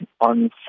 on